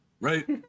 right